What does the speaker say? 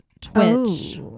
twitch